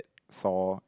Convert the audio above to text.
saw